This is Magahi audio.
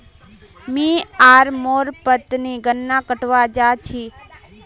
मी आर मोर पत्नी गन्ना कटवा जा छी